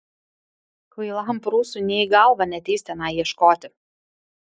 kvailam prūsui nė į galvą neateis tenai ieškoti